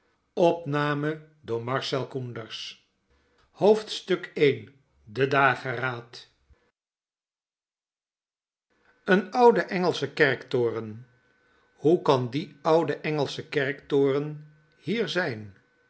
de da geraad een oude engelsche kerktoren hoe kan die oude engelsche kerktoren hier zjjn